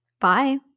Bye